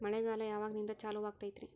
ಮಳೆಗಾಲ ಯಾವಾಗಿನಿಂದ ಚಾಲುವಾಗತೈತರಿ?